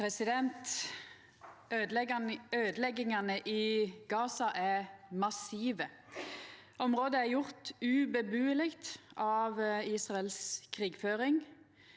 Øydeleggingane i Gaza er massive. Området er gjort ubueleg av Israels krigføring.